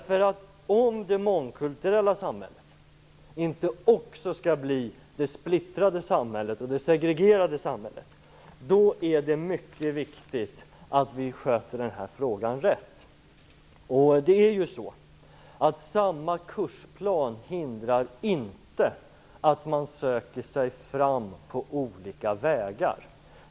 För att det mångkulturella samhället inte också skall bli det splittrade samhället och det segregerade samhället är det mycket viktigt att vi sköter den här frågan rätt. Samma kursplan hindrar ju inte att man söker sig fram på olika vägar.